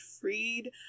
freed